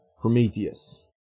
Prometheus